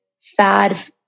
fad